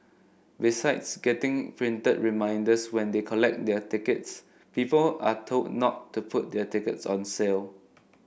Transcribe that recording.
besides getting printed reminders when they collect their tickets people are told not to put their tickets on sale